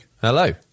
Hello